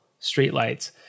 streetlights